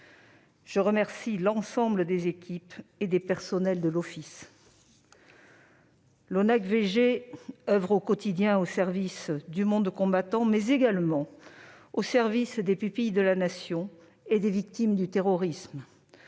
Je remercie l'ensemble des équipes et des personnels de l'Office. L'ONACVG oeuvre au quotidien au service du monde combattant, mais également au service des pupilles de la Nation et des victimes du terrorisme,